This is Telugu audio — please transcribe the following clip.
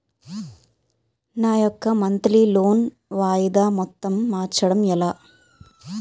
నా యెక్క మంత్లీ లోన్ వాయిదా మొత్తం మార్చడం ఎలా?